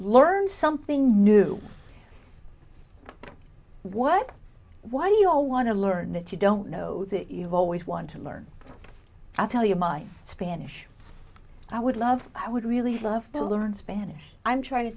learn something new what why do you all want to learn it you don't know that you always want to learn i tell you my spanish i would love i would really love to learn spanish i'm trying to